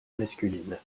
masculine